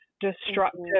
destructive